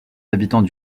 habitants